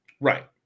right